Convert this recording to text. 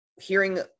hearing